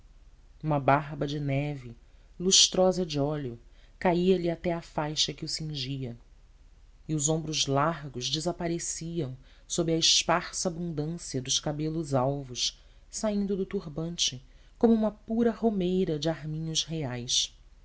uma barba de neve lustrosa de óleo caía lhe até à faixa que o cingia e os ombros largos desapareciam sob a esparsa abundância dos cabelos alvos saindo do turbante como uma pura romeira de arminhos reais